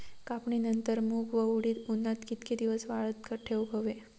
कापणीनंतर मूग व उडीद उन्हात कितके दिवस वाळवत ठेवूक व्हये?